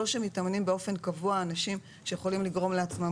לא שמתאמנים באופן קבוע אנשים שיכולים לגרום לעצמם